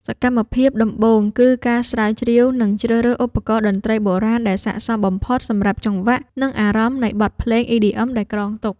សកម្មភាពដំបូងគឺការស្រាវជ្រាវ និងជ្រើសរើសឧបករណ៍តន្ត្រីបុរាណដែលស័ក្តិសមបំផុតសម្រាប់ចង្វាក់ និងអារម្មណ៍នៃបទភ្លេង EDM ដែលគ្រោងទុក។